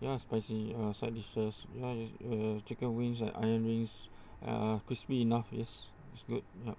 ya spicy uh side dishes like uh chicken wings and onion rings are crispy enough yes is good ya